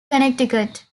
connecticut